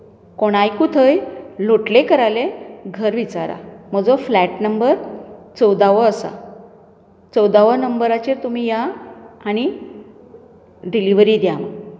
कोणाकूय थंय लोटलेकरालें घर विचारा म्हजो फ्लॅट नंबर चोवदावो आसा चोवदावो नंबराचेर तुमी या आनी डिलिवरी द्या आमकां